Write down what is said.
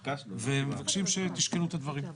ביקשנו, לא קיבלנו.